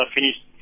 finished